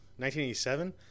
1987